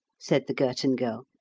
said the girton girl,